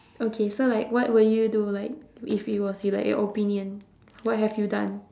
okay so like what would you do like if it was you like your opinion what have you done